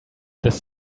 this